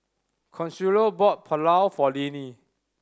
Consuelo bought Pulao for Linnie